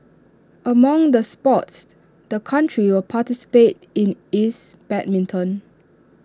among the sports the country will participate in is badminton